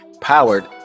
powered